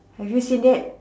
have you seen that